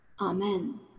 amen